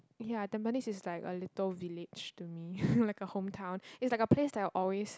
ya tampines is like a little village to me like a hometown is like a place that I always